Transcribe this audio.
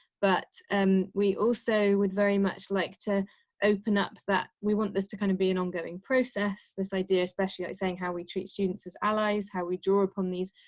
but um we also would very much like to open up that we want this to kind of be an ongoing process. this idea, especially like saying how we treat students as allies, how we draw upon these.